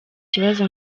ikibazo